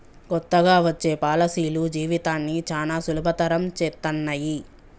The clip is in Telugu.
కొత్తగా వచ్చే పాలసీలు జీవితాన్ని చానా సులభతరం చేత్తన్నయి